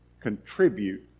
contribute